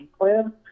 plan